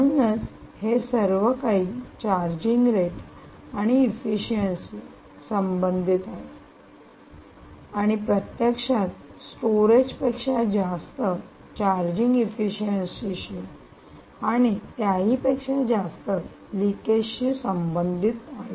म्हणूनच हे सर्व काही चार्जिंग रेट आणि इफिशियन्सी शी संबंधित आहे आणि प्रत्यक्षात स्टोरेज पेक्षा जास्त चार्जिंग इफिशियन्सी शी आणि त्याहीपेक्षा जास्त लिकेज शी संबंधित आहे